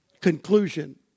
Conclusion